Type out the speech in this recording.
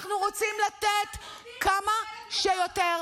אנחנו רוצים לתת כמה שיותר,